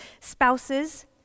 Spouses